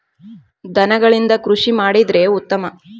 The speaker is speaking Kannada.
ದನಗಳಿಂದ ಕೃಷಿ ಮಾಡಿದ್ರೆ ಉತ್ತಮ